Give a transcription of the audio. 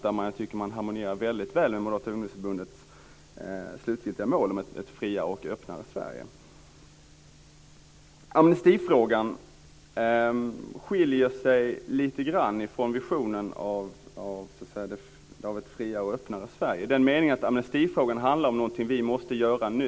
I det avseendet tycker jag att man harmonierar väldigt väl med Moderata ungdomsförbundets slutgiltiga mål om ett friare och öppnare Amnestifrågan skiljer sig lite grann från visionen om ett friare och öppnare Sverige i den meningen att amnestifrågan handlar om någonting som vi måste göra nu.